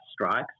strikes